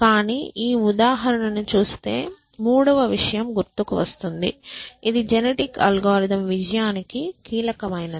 కానీ ఈ ఉదాహరణను చూస్తే మూడవ విషయం గుర్తుకు వస్తుంది ఇది జెనెటిక్ అల్గోరిథం విజయానికి కీలకమైనది